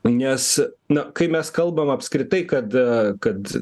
nes na kai mes kalbam apskritai kad kad